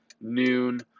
noon